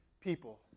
people